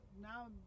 Now